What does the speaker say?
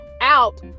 out